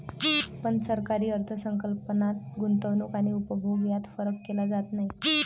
पण सरकारी अर्थ संकल्पात गुंतवणूक आणि उपभोग यात फरक केला जात नाही